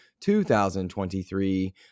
2023